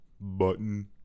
button